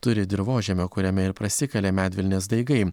turi dirvožemio kuriame ir prasikalė medvilnės daigai